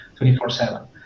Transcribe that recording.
24-7